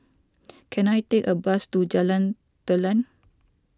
can I take a bus to Jalan Telang